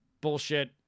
bullshit